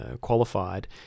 qualified